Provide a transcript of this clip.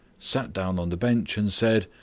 sat down on the bench, and said,